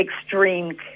extreme